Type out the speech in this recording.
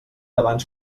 abans